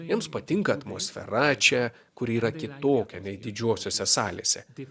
jiems patinka atmosfera čia kur yra kitokia nei didžiosiose salėse